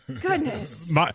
Goodness